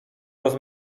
roz